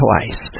twice